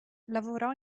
lavorò